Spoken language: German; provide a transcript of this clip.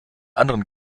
anderen